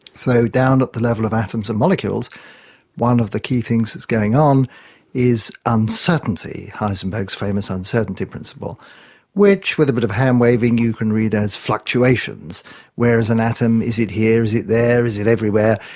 so down at the level of atoms and molecules one of the key things that's going on is uncertainty, heisenberg's famous uncertainty principle which, with a bit of handwaving, you can read as fluctuations where is an atom, is it here, is it there, is it everywhere?